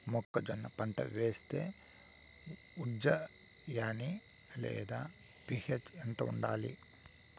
మొక్కజొన్న పంట వేస్తే ఉజ్జయని లేదా పి.హెచ్ ఎంత ఉండాలి?